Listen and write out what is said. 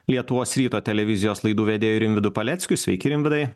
lietuvos ryto televizijos laidų vedėju rimvydu paleckiu sveiki rimvydai